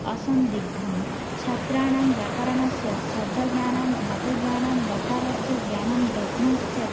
असन्दिग्धं छात्राणां व्याकरणस्य शब्दज्ञानं धातुज्ञानं लकारस्य ज्ञानं दद्मश्चेत्